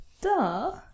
duh